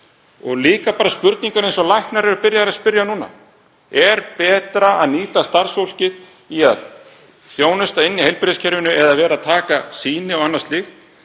Og líka bara spurningar eins og læknar eru byrjaðir að spyrja núna: Er betra að nýta starfsfólkið í að þjónusta í heilbrigðiskerfinu eða að taka sýni og annað slíkt?